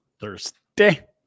Thursday